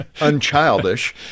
unchildish